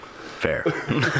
Fair